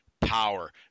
power